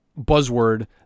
buzzword